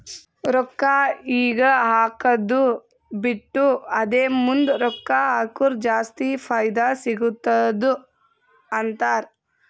ರೊಕ್ಕಾ ಈಗ ಹಾಕ್ಕದು ಬಿಟ್ಟು ಅದೇ ಮುಂದ್ ರೊಕ್ಕಾ ಹಕುರ್ ಜಾಸ್ತಿ ಫೈದಾ ಸಿಗತ್ತುದ ಅಂತಾರ್